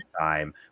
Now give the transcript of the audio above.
time